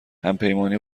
همپیمانی